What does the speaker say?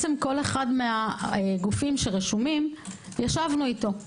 כל אחד מהגופים הרשומים, איתו.